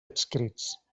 adscrits